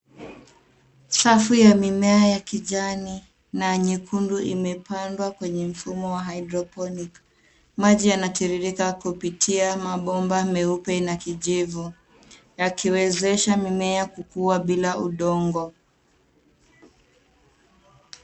Safu ya mimea ya kijani na nyekundu imepandwa kwenye mfumo wa hidroponik. Maji yanatiririka kupitia mabomba meupe na kijivu, yakiwezesha mimea kukua bila udongo.